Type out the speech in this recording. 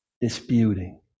disputing